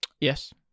Yes